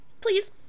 please